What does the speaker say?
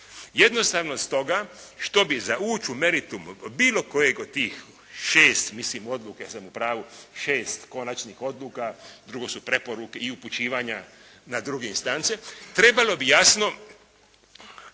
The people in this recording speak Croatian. jednostavno stoga što bi za ući u meritum bilo kojeg od tih šest mislim odluka da sam upravu, šest konačnih odluka, drugo su preporuke i upućivanja na druge instance. Trebalo bi jasno